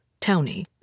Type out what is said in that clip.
townie